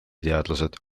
teadlased